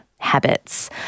habits